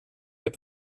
heb